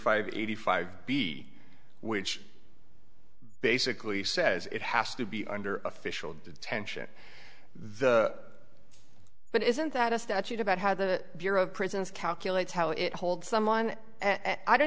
five eighty five b which basically says it has to be under official detention the but isn't that a statute about how the bureau of prisons calculates how it holds someone and i don't